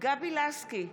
גבי לסקי,